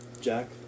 Jack